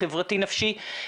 החברתי-נפשי.